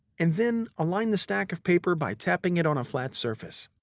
and then align the stack of paper by tapping it on a flat surface.